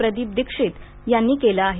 प्रदिप दिक्षीत यांनी केलं आहे